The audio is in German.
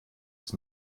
dass